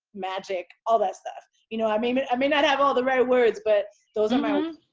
magic, all that stuff. you know, i mean, i may not have all the right words, but those are my um